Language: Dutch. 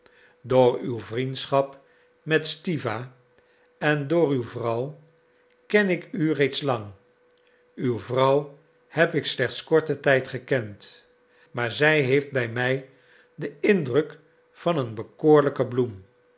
door uw vriendschap met stiwa en door uw vrouw ken ik u reeds lang uw vrouw heb ik slechts korten tijd gekend maar zij heeft bij mij den indruk van een bekoorlijke bloem